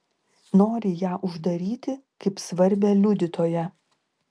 nori ją uždaryti kaip svarbią liudytoją